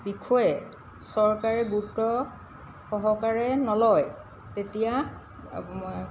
বিষয়ে চৰকাৰে গুৰুত্ব সহকাৰে নলয় তেতিয়া